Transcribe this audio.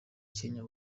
kenya